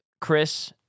Chris